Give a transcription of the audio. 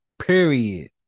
period